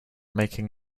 making